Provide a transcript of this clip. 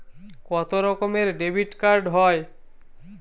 কত রকমের ডেবিটকার্ড হয়?